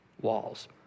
walls